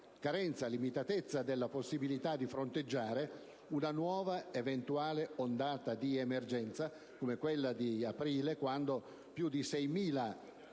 limitatezza della possibilità di fronteggiare una nuova eventuale ondata di emergenza come quella di aprile, quando più di 6.000